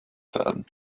werden